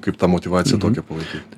kaip tą motyvaciją tokią palaikyt